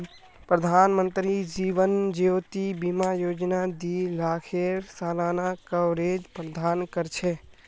प्रधानमंत्री जीवन ज्योति बीमा योजना दी लाखेर सालाना कवरेज प्रदान कर छे